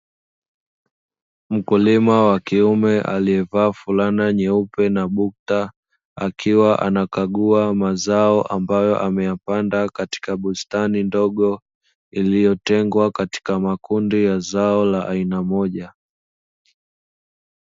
Mkulima wa kiume aliyevaa fulana nyeupe na bukta, akiwa anakagua mazao ambayo ameyapanda katika bustani ndogo, iliyotengwa katika makundi ya zao la aina moja.